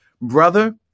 brother